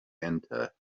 enter